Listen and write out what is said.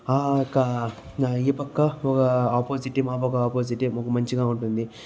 ఒక ఈ పక్క ఒక ఆపోజిట్ టీం ఆ పక్క ఒక ఆపోజిట్ టీం మంచిగా ఉంటుంది